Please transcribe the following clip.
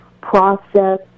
process